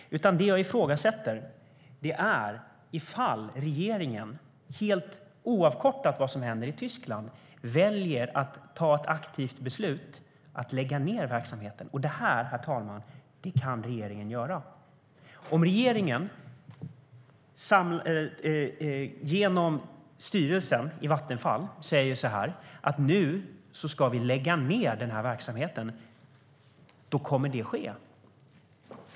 Det jag ifrågasätter är om regeringen, oavsett vad som händer i Tyskland, väljer att fatta ett aktivt beslut att lägga ned verksamheten. Det, herr talman, kan regeringen göra. Om regeringen genom Vattenfalls styrelse säger att nu ska denna verksamhet läggas ned så kommer det att ske.